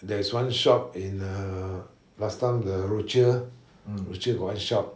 there's one shop in uh last time the rochor rochor got one shop